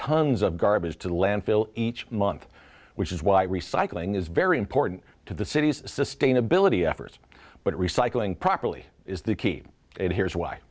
tons of garbage to the landfill each month which is why recycling is very important to the city's sustainability efforts but recycling properly is the keep it here's why